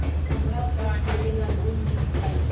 हमरा फोन खरीदे ला लोन मिल जायी?